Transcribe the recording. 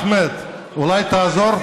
אחמד, אולי תעזור?